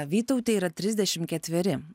vytautei yra trisdešim ketveri